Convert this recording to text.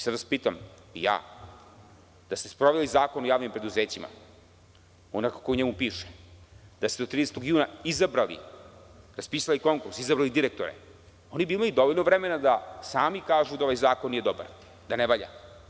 Sada vas pitam ja, da ste sproveli Zakon o javnim preduzećima onako kako u njemu piše, da ste do 30. juna raspisali konkurs, izabrali direktore, oni bi imali dovoljno vremena da sami kažu da ovaj zakon nije dobar, da ne valja.